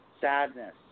Sadness